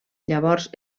llavors